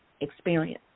experience